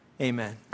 Amen